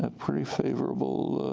but pretty favorable